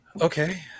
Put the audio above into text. Okay